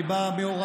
אני בא מהוראה,